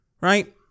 right